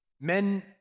men